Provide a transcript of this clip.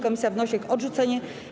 Komisja wnosi o ich odrzucenie.